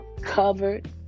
covered